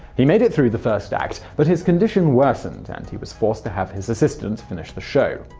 he made it through the first act, but his conditioned worsened and he was forced to have his assistant finish the show.